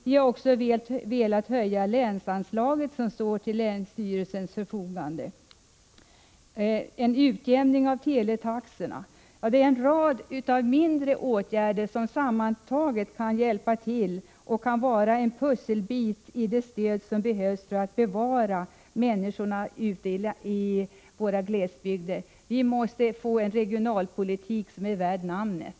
Vi har också velat höja länsanslaget, som står till länsstyrelsens förfogande, och vi har föreslagit en utjämning av teletaxorna. Ja, det är fråga om en rad smärre åtgärder som sammantagna kan bli en pusselbit i det stöd som behövs för att bevara människorna ute i våra glesbygder. Vi måste få en regionalpolitik som är värd namnet.